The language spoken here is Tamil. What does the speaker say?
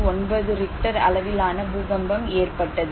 9 ரிக்டர் அளவிலான பூகம்பம் ஏற்பட்டது